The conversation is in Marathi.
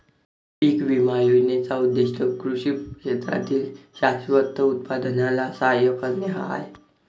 पीक विमा योजनेचा उद्देश कृषी क्षेत्रातील शाश्वत उत्पादनाला सहाय्य करणे हा आहे